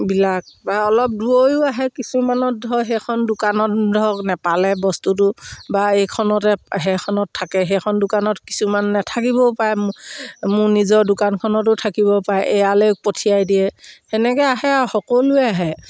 বিলাক বা অলপ দূৰৰো আহে কিছুমানত ধৰক সেইখন দোকানত ধৰক নেপালে বস্তুটো বা এইখনতে সেইখনত থাকে সেইখন দোকানত কিছুমান নেথাকিবও পায় মোৰ নিজৰ দোকানখনতো থাকিব পাৰে ইয়ালৈ পঠিয়াই দিয়ে সেনেকে আহে আৰু সকলোৱে আহে